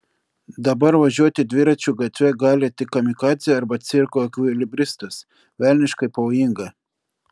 dabar važiuoti dviračiu gatve gali tik kamikadzė arba cirko ekvilibristas velniškai pavojinga